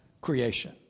creation